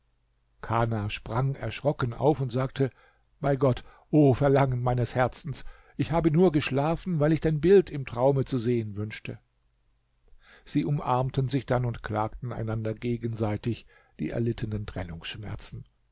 kana sprang erschrocken auf und sagte bei gott o verlangen meines herzens ich habe nur geschlafen weil ich dein bild im traume zu sehen wünschte sie umarmten sich dann und klagten einander gegenseitig die erlittenen trennungsschmerzen